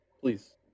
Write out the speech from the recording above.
please